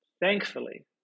thankfully